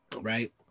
right